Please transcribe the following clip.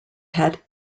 had